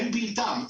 אין בלתם,